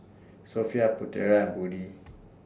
Sofea Putera and Budi